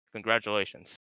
Congratulations